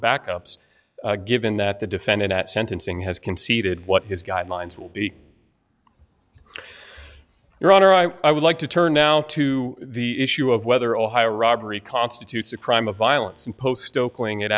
backups given that the defendant at sentencing has conceded what his guidelines will be your honor i would like to turn now to the issue of whether ohio robbery constitutes a crime of violence